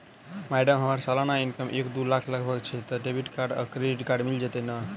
Madam हम्मर सलाना income एक दु लाख लगभग छैय तऽ डेबिट कार्ड आ क्रेडिट कार्ड मिल जतैई नै?